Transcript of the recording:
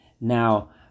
Now